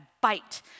bite